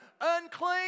Unclean